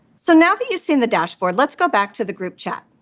so now that you've seen the dashboard, let's go back to the group chat.